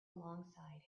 alongside